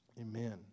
Amen